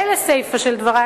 ולסיפא של דברי,